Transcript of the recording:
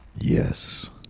Yes